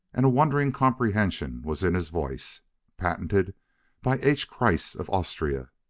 and a wondering comprehension was in his voice patented by h. kreiss, of austria!